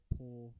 poor